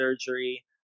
surgery